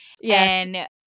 Yes